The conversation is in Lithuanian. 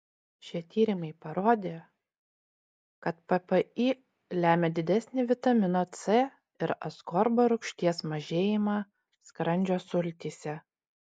šie tyrimai parodė kad ppi lemia didesnį vitamino c ir askorbo rūgšties mažėjimą skrandžio sultyse